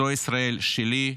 זו ישראל שלי,